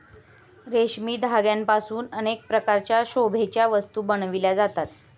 रेशमी धाग्यांपासून अनेक प्रकारच्या शोभेच्या वस्तू बनविल्या जातात